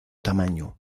tamaño